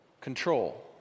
Control